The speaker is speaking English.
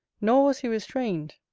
nor was he restrained,